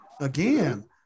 again